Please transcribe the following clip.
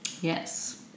Yes